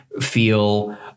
feel